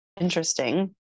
interesting